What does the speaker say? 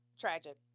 tragic